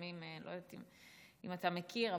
אני לא יודעת אם אתה מכיר,